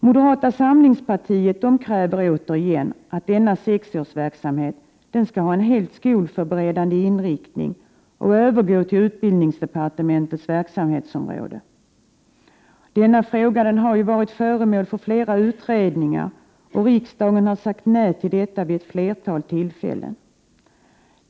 Moderata samlingspartiet kräver återigen att verksamheten för sexåringar | skall ha en helt skolförberedande inriktning och övergå till utbildningsdepartementets verksamhetsområde. Denna fråga har varit föremål för flera utredningar, och riksdagen har sagt nej till förslaget vid ett flertal tillfällen.